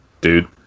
dude